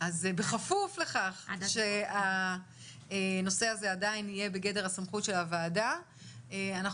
אז בכפוף לכך שהנושא הזה עדיין יהיה בגדר הסמכות של הוועדה אנחנו